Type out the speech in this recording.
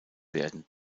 werden